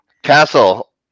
Castle